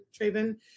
Traven